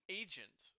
agent